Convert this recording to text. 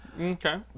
Okay